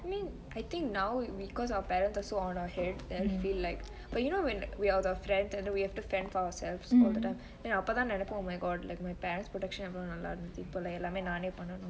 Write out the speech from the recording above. I mean I think now we cause our parents are so on our head then feel like but you know when we all friends then we have to fend for ourselves all the time then அப்ப தா நெனைப்போ: appe thaa nenaipo oh my god like my parents protection எவ்வளோ நல்லா இருந்தது இப்ப எல்லாமெ நானெ பன்னனு:evalo nalla irunthathu ippe ellame naane pannenu